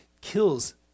kills